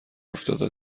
افتاده